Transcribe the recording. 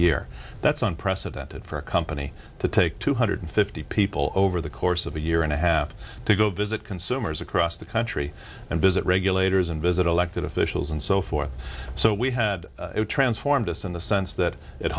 year that's unprecedented for a company to take two hundred fifty people over the course of a year and a half to go visit consumers across the country and visit regulators and visit elected officials and so forth so we had it transformed us in the sense that it